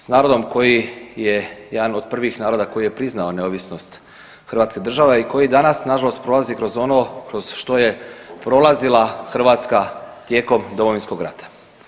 S narodom koji je jedan od prvih naroda koji je priznao neovisnost Hrvatske države i koji danas nažalost prolazi kroz ono kroz što je prolazila Hrvatska tijekom Domovinskog rata.